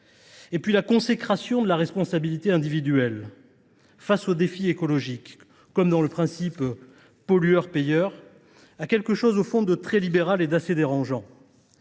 ailleurs, la consécration de la responsabilité individuelle face au défi écologique, comme dans le principe pollueur payeur, a quelque chose au fond de très libéral et d’assez dérangeant.